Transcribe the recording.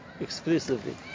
exclusively